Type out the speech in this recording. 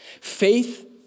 Faith